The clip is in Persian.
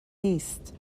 نیست